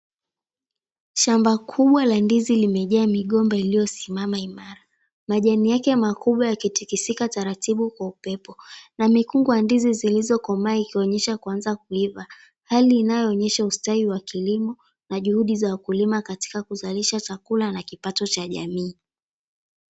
Shamba kubwa la ndizi limejaa migomba iliyosimama imara, majani yake makubwa yakitikisika taratibu kwa upepo na mikungu ya ndizi iliyokomaa inayoonyesha kuanza kuiva, hali inayoonyesha ustawi wa kilimo na juhudi za wakulima kuzalisha chakula na kipato cha jamii.